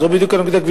זאת בדיוק הנקודה.